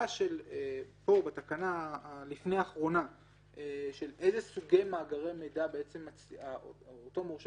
פה בתקנה שלפני האחרונה של אילו סוגי מאגרי מידע אותו מורשה